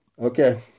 Okay